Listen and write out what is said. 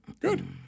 Good